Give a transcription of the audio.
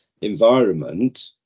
environment